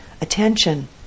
attention